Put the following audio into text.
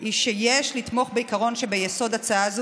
היא שיש לתמוך בעיקרון שביסוד הצעה זו